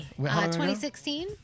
2016